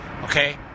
Okay